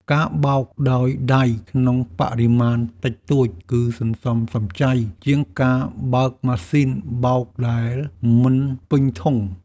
ការបោកដោយដៃក្នុងបរិមាណតិចតួច គឺសន្សំសំចៃជាងការបើកម៉ាស៊ីនបោកដែលមិនពេញធុង។